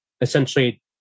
essentially